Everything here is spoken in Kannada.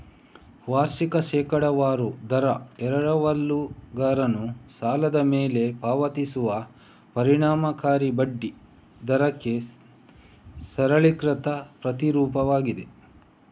ವಾರ್ಷಿಕ ಶೇಕಡಾವಾರು ದರ ಎರವಲುಗಾರನು ಸಾಲದ ಮೇಲೆ ಪಾವತಿಸುವ ಪರಿಣಾಮಕಾರಿ ಬಡ್ಡಿ ದರಕ್ಕೆ ಸರಳೀಕೃತ ಪ್ರತಿರೂಪವಾಗಿದೆ